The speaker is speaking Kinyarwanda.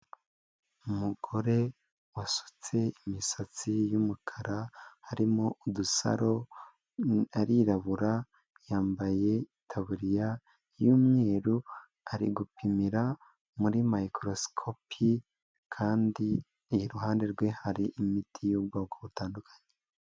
Umugore wasutse imisatsi y'umukara, harimo udusaro, arirabura, yambaye itaburiya y'umweru, ari gupimira muri mikorosikopi, kandi iruhande rwe hari imiti y'ubwoko butandukanye.